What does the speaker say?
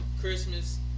Christmas